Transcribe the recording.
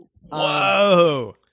Whoa